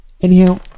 Anyhow